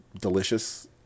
delicious